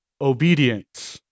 obedience